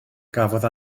gafodd